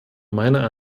meiner